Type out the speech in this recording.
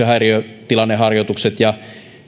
häiriötilanneharjoitukset ja